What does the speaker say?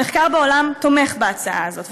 המחקר בעולם תומך בהצעה הזאת,